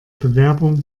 bewerbung